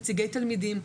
נציגי תלמידים,